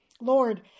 Lord